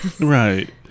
Right